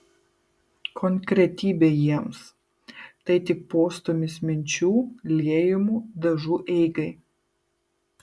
konkretybė jiems tai tik postūmis minčių liejamų dažų eigai